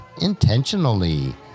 intentionally